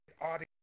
audience